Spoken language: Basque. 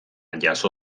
jaso